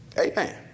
Amen